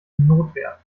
notwehr